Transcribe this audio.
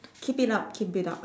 keep it up keep it up